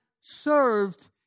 served